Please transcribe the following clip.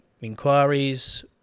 inquiries